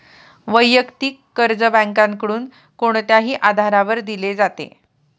वैयक्तिक कर्ज बँकांकडून कोणत्याही आधारावर दिले जाते